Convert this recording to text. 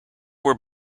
were